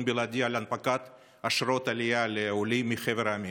בלעדי להנפקת אשרות עלייה לעולים מחבר המדינות.